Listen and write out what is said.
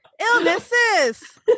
illnesses